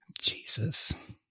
jesus